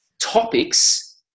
topics